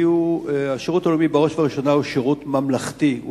שהשירות הלאומי הוא בראש ובראשונה שירות ממלכתי,